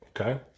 Okay